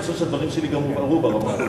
אני חושב שהדברים שלי גם הובהרו ברמה הזאת.